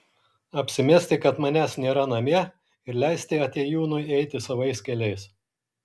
apsimesti kad manęs nėra namie ir leisti atėjūnui eiti savais keliais